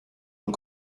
und